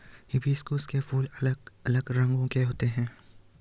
hibiscus के फूल अलग अलग रंगो के होते है